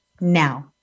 now